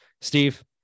Steve